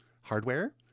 hardware